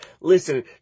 Listen